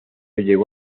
llegó